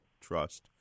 trust